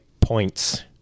points